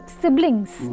siblings